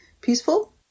peaceful